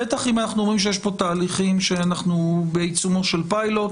בטח אם אנחנו אומרים שיש פה תהליכים שאנחנו בעיצומו של פיילוט.